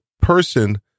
person